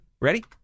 Ready